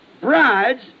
brides